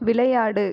விளையாடு